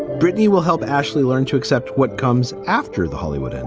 britney will help ashley learn to accept what comes after the hollywood and